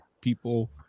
people